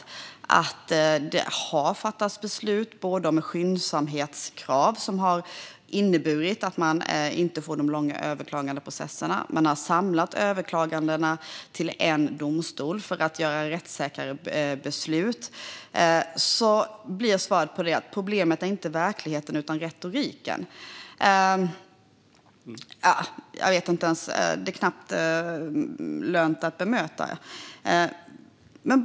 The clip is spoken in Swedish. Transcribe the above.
Jag säger också att det har fattats beslut om skyndsamhetskrav som har inneburit att man inte får de långa överklagandeprocesserna och att man har samlat överklagandena till en domstol för att fatta mer rättssäkra beslut. Då blir svaret: Problemet är inte verkligheten utan retoriken! Jag vet inte; det är knappt lönt att ens bemöta något sådant.